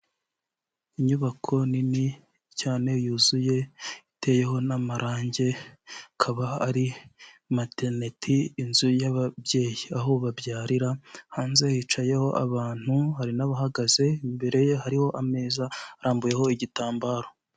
Inyubako nini cyane yuzuye iteyeho n'amarange ikaba ari materiniti inzu y'ababyeyi aho babyarira, hanze hicayeho abantu hari n'abahagaze, imbere ye hariho ameza arambuyeho igitambaro.